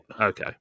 okay